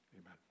Amen